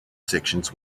sections